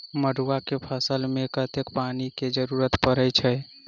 मड़ुआ केँ फसल मे कतेक पानि केँ जरूरत परै छैय?